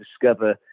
discover